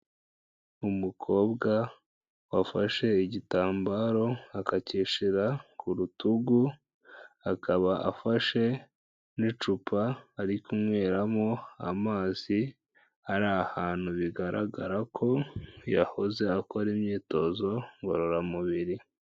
Umukobwa wafashe igitambaro akakishyira ku rutugu, akaba afashe n'icupa ari kunyweramo amazi, ari ahantu bigaragara ko yahoze akora imyitozo ngororamubiri.